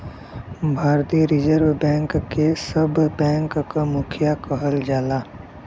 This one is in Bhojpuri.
भारतीय रिज़र्व बैंक के सब बैंक क मुखिया कहल जाला